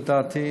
לדעתי,